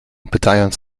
pytając